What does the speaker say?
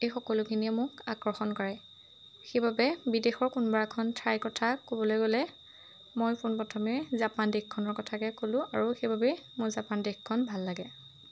এই সকলোখিনিয়ে মোক আকৰ্ষণ কৰে সেইবাবে বিদেশৰ কোনোবা এখন ঠাইৰ কথা ক'বলৈ গ'লে মই পোনপ্ৰথমে জাপান দেশখনৰ কথাকে ক'লোঁ আৰু সেইবাবেই মোৰ জাপান দেশখন ভাল লাগে